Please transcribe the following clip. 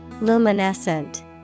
Luminescent